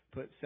Put